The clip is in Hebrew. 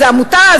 זה עמותה?